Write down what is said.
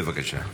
בבקשה.